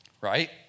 right